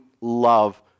love